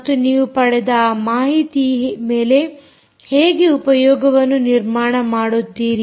ಮತ್ತು ನೀವು ಪಡೆದ ಆ ಮಾಹಿತಿಯ ಮೇಲೆ ಹೇಗೆ ಉಪಯೋಗವನ್ನು ನಿರ್ಮಾಣ ಮಾಡುತ್ತೀರಿ